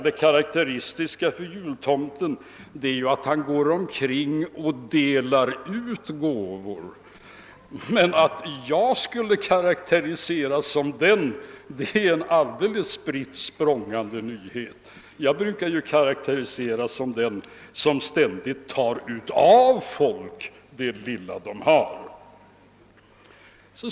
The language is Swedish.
Det karakteristiska för jultomten är att han går omkring och delar ut gåvor, och att jag skulle vara en jultomte är en spritt språngande nyhet. Jag brukar ju karakteriseras som den som ständigt tar från folk det lilla de har.